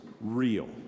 real